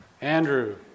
Andrew